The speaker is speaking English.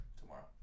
tomorrow